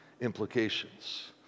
implications